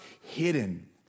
hidden